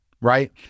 right